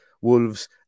Wolves